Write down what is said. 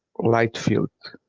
light field,